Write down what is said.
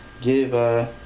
give